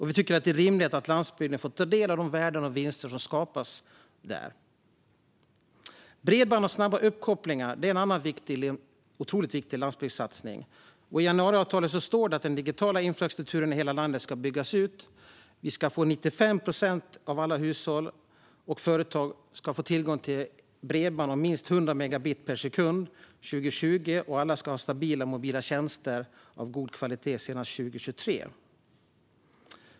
Vi tycker att det är rimligt att landsbygden får ta del av de värden och vinster som skapas där. Bredband och snabba uppkopplingar är en annan otroligt viktig landsbygdssatsning. I januariavtalet står att den digitala infrastrukturen i hela landet ska byggas ut. År 2020 ska 95 procent av alla hushåll och företag ha tillgång till bredband om minst 100 megabit per sekund, och alla ska ha stabila mobila tjänster av god kvalitet senast 2023.